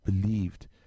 believed